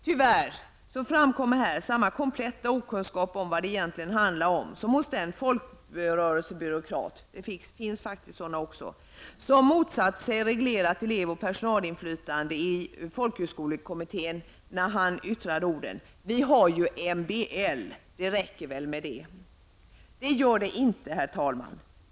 Tyvärr framkommer här samma kompletta okunskap om vad det egentligen handlar om som hos den folkrörelsebyråkrat -- det finns faktiskt också sådana -- som motsatte sig ett reglerat elev och personalinflytande i folkhögskolekommittén, när han yttrade: Vi har ju MBL! Det räcker väl med det! Det gör det inte, herr talman.